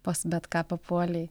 pas bet ką papuolei